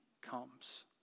comes